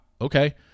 Okay